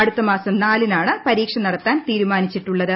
അടുത്ത മാസം നാലിനാണ് പരീക്ഷ നടത്താൻ തീരുമാനിച്ചിട്ടുള്ളത്